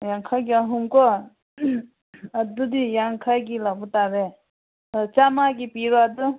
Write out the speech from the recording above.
ꯌꯥꯡꯈꯩꯒꯤ ꯑꯍꯨꯝ ꯀꯣ ꯑꯗꯨꯗꯤ ꯌꯥꯡꯈꯩꯒꯤ ꯂꯧꯕ ꯇꯥꯔꯦ ꯆꯥꯃꯒꯤ ꯄꯤꯔꯣ ꯑꯗꯨ